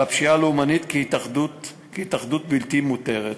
על הפשיעה הלאומנית כהתאגדות בלתי מותרת.